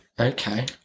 Okay